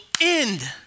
end